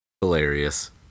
hilarious